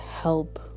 help